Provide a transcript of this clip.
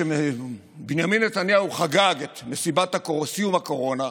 כשבנימין נתניהו חגג את מסיבת סיום הקורונה,